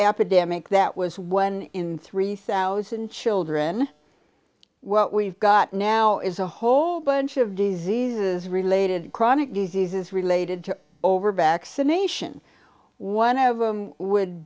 epidemic that was when in three thousand children what we've got now is a whole bunch of diseases related chronic diseases related to over back summation one of them would